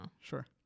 Sure